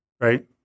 right